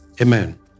amen